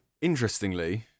Interestingly